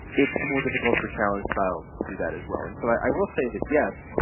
it's more difficult for challenge trials to do that as well. and so i will say that, yes,